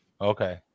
Okay